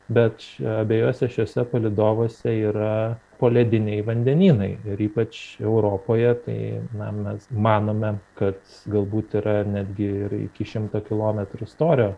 bet čia abiejuose šiuose palydovuose yra polediniai vandenynai ir ypač europoje tai na mes manome kad galbūt yra netgi ir iki šimto kilometrų storio